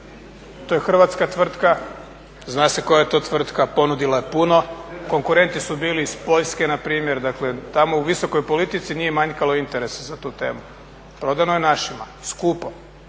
to je hrvatska tvrtka, zna se koja je to tvrtka, ponudila je puno, konkurenti su bili iz Poljske npr. tamo u visokoj politici nije manjkalo interesa za tu temu. Prodano je našima skupo,